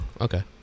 Okay